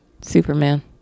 Superman